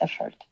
effort